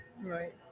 Right